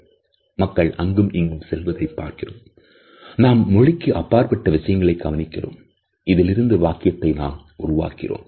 எனக்கு மரத்துண்டு தேவை என கூறும்பொழுது அந்த வார்த்தைக்கான அர்த்தம் தெளிவாகிறது